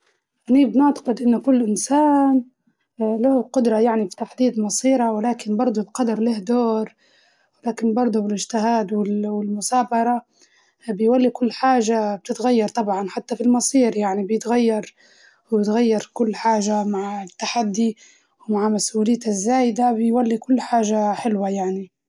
أني بنعتقد إنه كل إنسان له القدرة يعني في تحديد مصيره ولكن برضه القدر له دور، ولكن برضه الاجتهاد وال- والمسابرة بيولي كل حاجة بتتغير طبعاً حتى في المصير يعني بيتغير، وبتغير كل حاجة مع التحدي ومعاه مسئولية الزايدة بيولي كل حاجة حلوة يعني.